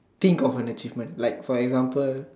think of an achievement like for example